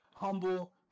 humble